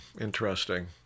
Interesting